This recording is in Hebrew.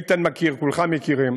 איתן מכיר, כולכם מכירים,